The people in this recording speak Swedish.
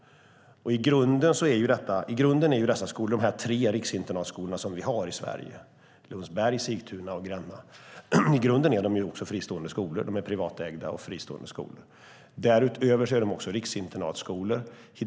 I grunden är de tre riksinternatskolorna - Lundsberg, Sigtuna och Gränna - också fristående skolor. De är privatägda och fristående. Därutöver är de också riksinternatskolor.